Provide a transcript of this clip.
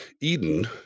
Eden